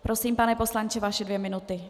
Prosím, pane poslanče, vaše dvě minuty.